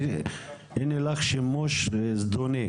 הנה לך שימוש זדוני